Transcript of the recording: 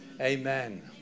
Amen